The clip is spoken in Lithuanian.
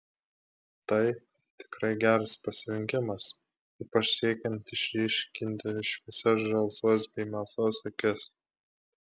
tai tikrai geras pasirinkimas ypač siekiant išryškinti šviesias žalsvas bei melsvas akis